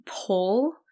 pull